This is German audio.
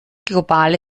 globale